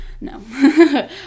No